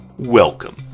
Welcome